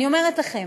אני אומרת לכם: